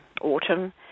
autumn